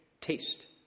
Taste